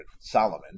Solomon